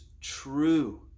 true